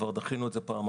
כבר דחינו את זה פעמיים.